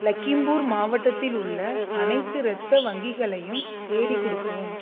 லகிம்பூர் மாவட்டத்தில் உள்ள அனைத்து இரத்த வங்கிகளையும் தேடிக் கொடுக்கவும்